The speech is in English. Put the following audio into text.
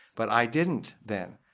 but i didn't then.